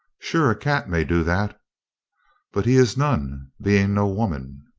sure a cat may do that but he is none, being no woman.